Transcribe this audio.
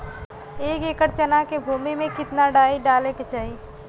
एक एकड़ चना के भूमि में कितना डाई डाले के चाही?